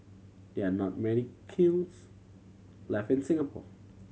there are not many kilns left in Singapore